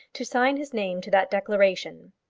to sign his name to that declaration.